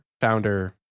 founder